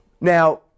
Now